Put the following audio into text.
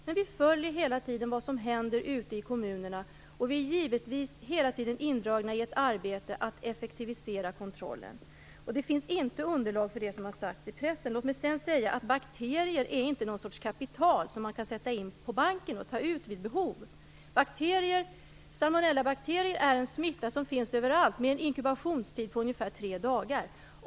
Men vi följer hela tiden vad som händer ute i kommunerna och är givetvis hela tiden indragna i ett arbete med att effektivisera kontrollen. Det finns inte underlag för det som har skrivits i pressen. Bakterier är inte något sorts kapital som man kan sätta in på banken och ta ut vid behov. Salmonellabakterier är en smitta som finns överallt. Inkubationstiden är ungefär tre dagar.